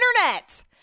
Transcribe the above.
internet